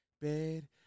bed